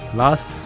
last